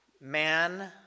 man